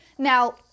Now